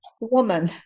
woman